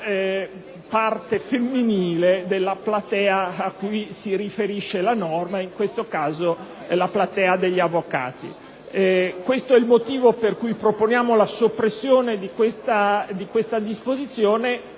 parte femminile della platea a cui la norma si riferisce: in questo caso, la platea degli avvocati. Questo è il motivo per cui proponiamo la soppressione di questa disposizione